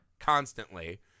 constantly